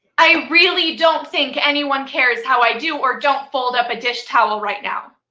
i really don't think anyone cares how i do or don't fold up a dishtowel right now.